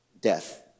death